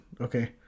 Okay